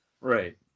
Right